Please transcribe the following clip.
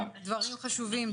דברים חשובים.